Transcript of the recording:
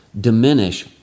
diminish